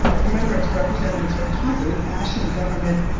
remember, its representatives are constantly bashing government,